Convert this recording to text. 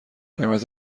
قیمت